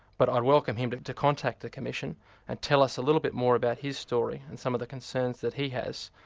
but i welcome him to to contact the commission and tell us a little bit more about his story and some of the concerns that he has,